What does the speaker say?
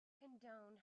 condone